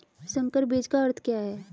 संकर बीज का अर्थ क्या है?